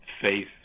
faith